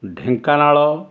Dhenkanal